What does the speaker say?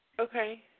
Okay